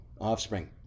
Offspring